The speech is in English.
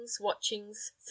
watchings